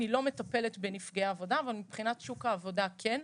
אני לא מטפלת בנפגעי עבודה אבל מבחינת שוק העבודה אז כן.